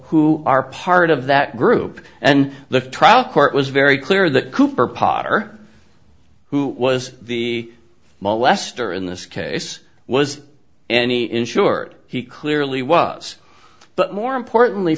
who are part of that group and the trial court was very clear that cooper potter who was the molester in this case was any insured he clearly was but more importantly